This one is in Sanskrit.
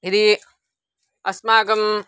यदि अस्माकम्